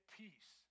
peace